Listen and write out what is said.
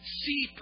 see